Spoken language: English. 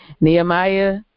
Nehemiah